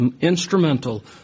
instrumental